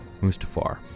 Mustafar